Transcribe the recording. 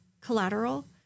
collateral